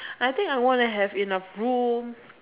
I think I wanna have enough room